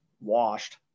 washed